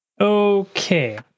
Okay